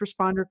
responder